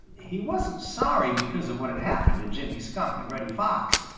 he wasn't sorry because of what had happened to jimmy skunk and reddy fox,